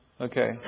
Okay